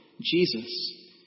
Jesus